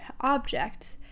object